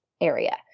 area